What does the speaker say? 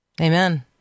amen